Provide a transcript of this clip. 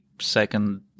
second